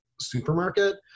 supermarket